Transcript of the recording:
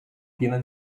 piena